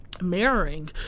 mirroring